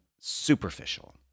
superficial